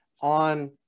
on